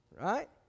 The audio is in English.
Right